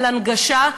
להנגשה,